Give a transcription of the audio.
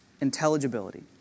Intelligibility